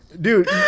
dude